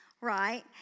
right